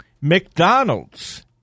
McDonald's